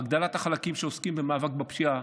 הגדלת החלקים בפרקליטות שעוסקים במאבק בפשיעה,